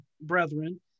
brethren